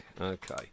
Okay